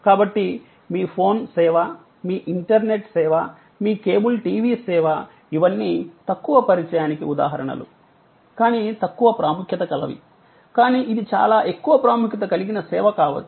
కాబట్టి మీ ఫోన్ సేవ మీ ఇంటర్నెట్ సేవ మీ కేబుల్ టివి సేవ ఇవన్నీ తక్కువ పరిచయానికి ఉదాహరణలు కానీ తక్కువ ప్రాముఖ్యత గలవి కానీ ఇది చాలా ఎక్కువ ప్రాముఖ్యత కలిగిన సేవ కావచ్చు